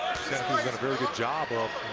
very good job of